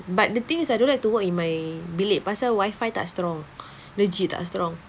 but the thing is I don't like to work in my bilik pasal wifi tak strong legit tak strong